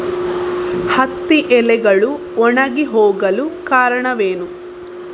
ಹತ್ತಿ ಎಲೆಗಳು ಒಣಗಿ ಹೋಗಲು ಕಾರಣವೇನು?